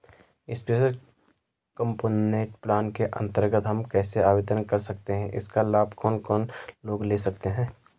Special component plan के अन्तर्गत हम कैसे आवेदन कर सकते हैं इसका लाभ कौन कौन लोग ले सकते हैं?